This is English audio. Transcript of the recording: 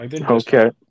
Okay